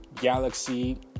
galaxy